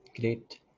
Great